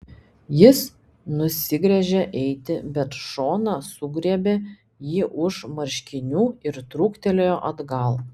jis nusigręžė eiti bet šona sugriebė jį už marškinių ir trūktelėjo atgal